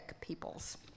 peoples